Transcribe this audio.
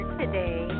today